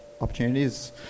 opportunities